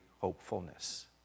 hopefulness